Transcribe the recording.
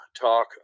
talk